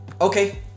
Okay